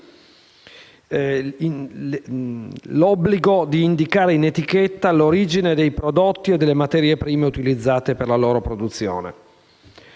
l'obbligo di indicare in etichetta l'origine dei prodotti e delle materie prime utilizzate per la loro fabbricazione.